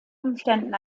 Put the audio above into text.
umständen